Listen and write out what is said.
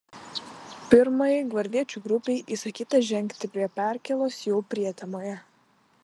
pirmajai gvardiečių grupei įsakyta žengti prie perkėlos jau prietemoje